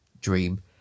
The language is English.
dream